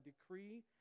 decree